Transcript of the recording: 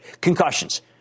concussions